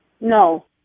no